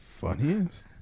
Funniest